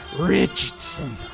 Richardson